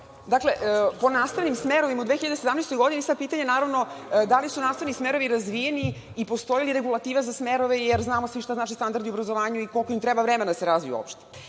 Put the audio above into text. Hvala. Po nastavnim smerovima u 2017. godini, sada pitanje da li su nastavni smerovi razvijeni i postoji li regulativa za smerove, jer znamo svi šta znači standard u obrazovanju i koliko im treba vremena da se razviju uopšte. Drugi